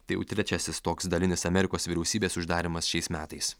tai jau trečiasis toks dalinis amerikos vyriausybės uždarymas šiais metais